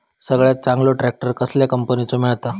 सगळ्यात चांगलो ट्रॅक्टर कसल्या कंपनीचो मिळता?